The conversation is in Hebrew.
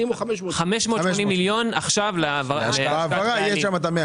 580 מיליון עכשיו להשקעת בעלים.